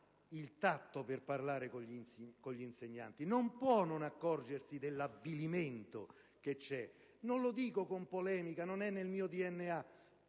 il tatto per parlare con gli insegnanti, e non può non accorgersi dell'avvilimento che c'è. Non lo dico con spirito polemico, non è nel mio DNA,